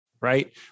right